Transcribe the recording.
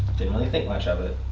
didn't really think much of it.